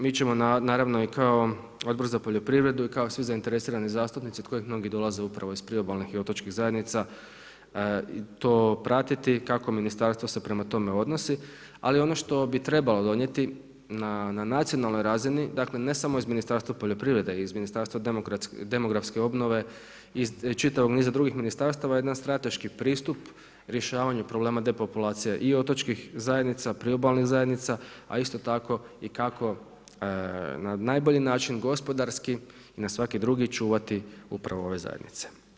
Mi ćemo naravno i kao Odbor za poljoprivredu i kao svi zainteresirani zastupnici od koji mnogi dolaze upravo iz priobalnih i otočkih zajednica, to pratiti, kako ministarstvo se prema tome odnosi, ali ono što bi trebalo donijeti na nacionalnoj razini, dakle, ne samo iz Ministarstva poljoprivrede, i iz Ministarstva demografske obnove, iz čitavog niza drugih ministarstva je jedan strateški pristup rješavanju problemu depopulacije i otočkih zajednica, priobalnih zajednica, a isto tako kako na najbolji način, gospodarski i na svaki drugi čuvati upravo ove zajednice.